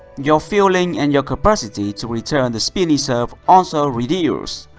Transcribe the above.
your feeling and your capacity to return the spinny serve also reduce.